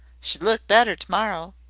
she'd look better to-morrow,